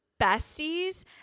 besties